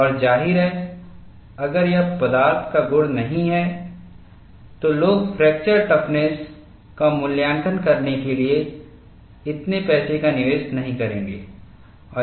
और जाहिर है अगर यह प्रदार्थ का गुण नहीं है तो लोग फ्रैक्चर टफ़्नस का मूल्यांकन करने के लिए इतने पैसे का निवेश नहीं करेंगे